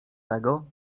tego